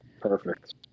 Perfect